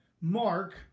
Mark